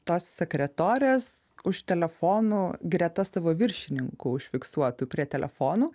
tos sekretorės už telefonų greta savo viršininkų užfiksuotų prie telefonų